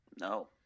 No